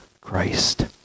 Christ